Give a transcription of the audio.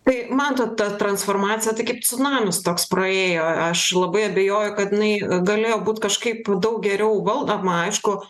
tai man ta ta transformacija tai kaip cunamis toks praėjo aš labai abejoju kad jinai galėjo būt kažkaip daug geriau valdoma aišku